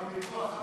גם ביטוח הבריאות.